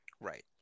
Right